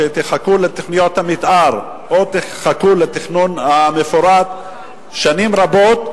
שתחכו לתוכניות המיתאר או תחכו לתכנון המפורט שנים רבות,